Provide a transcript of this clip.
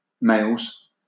males